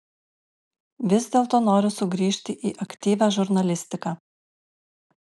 vis dėlto noriu sugrįžti į aktyvią žurnalistiką